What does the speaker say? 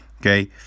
Okay